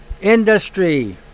industry